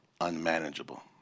unmanageable